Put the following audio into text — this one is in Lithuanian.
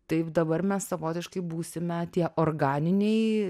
taip dabar mes savotiškai būsime tie organiniai